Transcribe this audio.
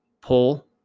pull